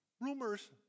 Rumors